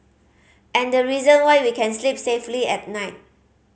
and the reason why we can sleep safely at night